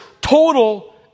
total